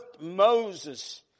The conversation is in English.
Moses